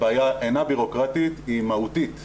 הבעיה אינה בירוקרטית, היא מהותית,